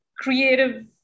creative